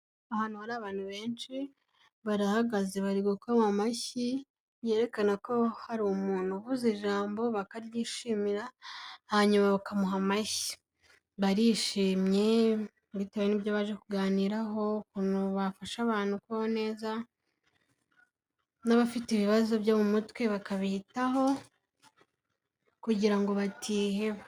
Ahantu hari abantu benshi barahagaze bari gukoma amashyi yerekana ko hari umuntu uvuze ijambo bakaryishimira hanyuma bakamuha amashyi, barishimye bitewe n'ibyo baje kuganiraho, ukuntu bafasha abantu kubaho neza n'abafite ibibazo byo mu mutwe bakabitaho kugira ngo batiheba.